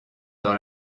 dans